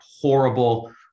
horrible